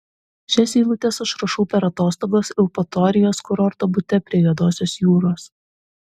šias eilutes aš rašau per atostogas eupatorijos kurorto bute prie juodosios jūros